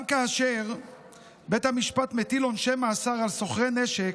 גם כאשר בית המשפט מטיל עונשי מאסר על סוחרי נשק,